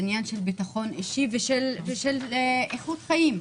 זה עניין של ביטחון אישי ושל איכות חיים.